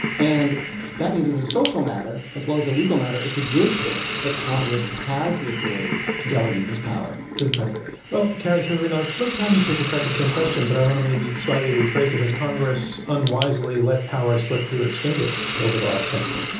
and that means as a social matter as well as a legal matter, it's a good thing that congress has the authority to delegate this power to the president. well, c arrie severino, let's have you take a crack at the same question, but i want to maybe slightly rephrase it. has congress unwisely let power slip through its fingers over the last century?